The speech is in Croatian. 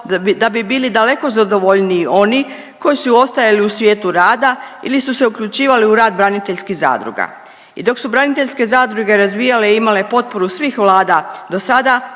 da bi bili daleko zadovoljniji oni koji su ostajali u svijetu rada ili su se uključivali u rad braniteljskih zadruga. I dok su branitelje zadruge razvijale i imale potporu svih vlada do sada,